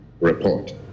report